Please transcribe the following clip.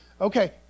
Okay